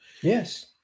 Yes